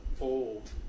old